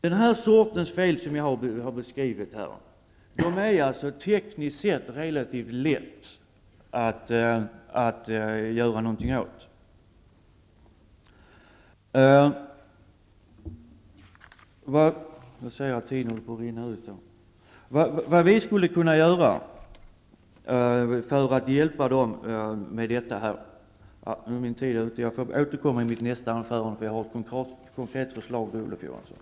Den här sortens fel som jag här beskrivit är tekniskt sett relativt lätta att åtgärda. Jag får återkomma i mitt nästa inlägg med konkret förslag till Olof